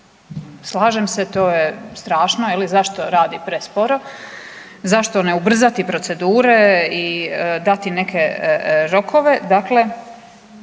Slažem se to je strašno. Je li zašto radi presporo? Zašto ne ubrzati procedure i dati neke rokove?